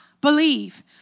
believe